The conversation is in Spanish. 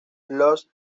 los